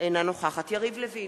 אינה נוכחת יריב לוין,